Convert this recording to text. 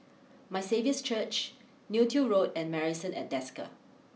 my Saviour's Church Neo Tiew Road and Marrison at Desker